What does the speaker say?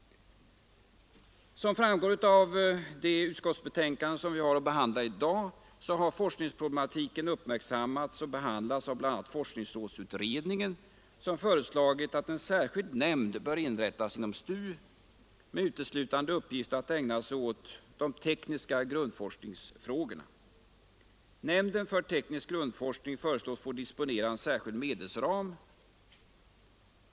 Som framgår av det utskottsbetänkande som vi i dag behandlar har forskningsproblematiken uppmärksammats och behandlats av bl.a. forskningsrådsutredningen, som har föreslagit att en särskild nämnd bör inrättas inom STU med uteslutande uppgift att ägna sig åt de tekniska grundforskningsfrågorna. Nämnden för teknisk grundforskning föreslås få disponera en särskild medelsram.